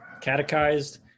catechized